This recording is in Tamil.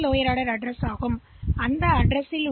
லோயர் ஆர்டர் உள்ளடக்கம் 00